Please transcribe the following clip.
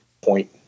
point